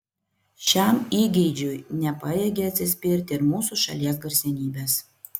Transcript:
šiam įgeidžiui nepajėgė atsispirti ir mūsų šalies garsenybės